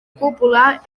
cúpula